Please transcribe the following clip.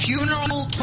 Funeral